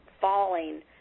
falling